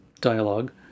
dialogue